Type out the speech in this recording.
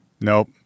Nope